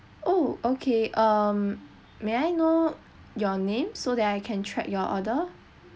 oh okay um may I know your name so that I can track your order